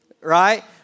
Right